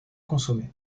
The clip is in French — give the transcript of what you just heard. consommée